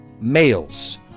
males